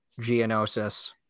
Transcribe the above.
geonosis